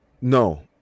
No